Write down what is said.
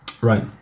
Right